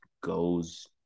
goes